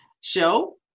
show